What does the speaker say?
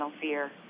fear